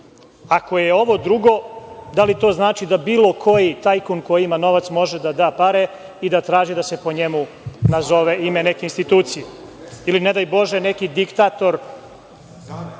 Ako je ovo drugo, da li to znači da bilo koji tajkun koji ima novaca može da da pare i da traži da se po njemu nazove ime neke institucije. Ili ne daj Bože neki diktator,